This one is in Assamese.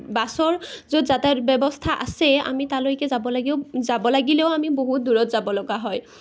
আৰু বাছৰ য'ত যাতায়ত ব্যৱস্থা আছে আমি তালৈকে যাব লাগিলেও আমি বহুত দূৰলৈকে যাব লগা হয়